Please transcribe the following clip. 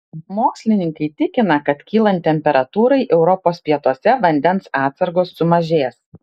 mokslininkai tikina kad kylant temperatūrai europos pietuose vandens atsargos sumažės